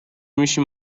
میشی